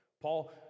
Paul